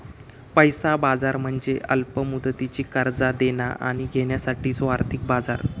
पैसा बाजार म्हणजे अल्प मुदतीची कर्जा देणा आणि घेण्यासाठीचो आर्थिक बाजार